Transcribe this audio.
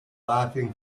laughing